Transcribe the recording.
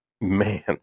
man